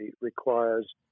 requires